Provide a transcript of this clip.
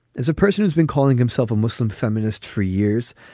as a person has been calling himself a muslim feminist for years,